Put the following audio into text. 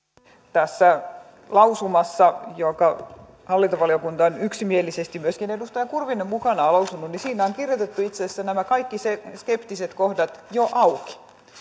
tässä lausumassa jonka hallintovaliokunta on hyväksynyt yksimielisesti myöskin edustaja kurvinen on mukana lausunut on kirjoitettu itse asiassa nämä kaikki skeptiset kohdat jo auki